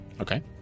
Okay